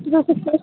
ਕੀ ਤੁਸੀਂ ਸੰਤੁ